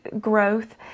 growth